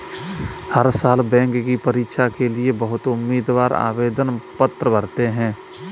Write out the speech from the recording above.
हर साल बैंक की परीक्षा के लिए बहुत उम्मीदवार आवेदन पत्र भरते हैं